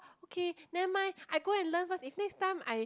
okay never mind I go and learn first if next time I